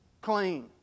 clean